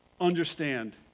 Understand